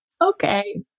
okay